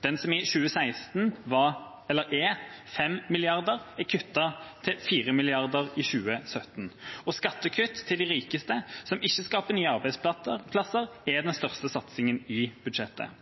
den som i 2016 er på 5 mrd. kr, er kuttet til 4 mrd. kr i 2017. Skattekutt til de rikeste, som ikke skaper nye arbeidsplasser, er den største satsinga i budsjettet.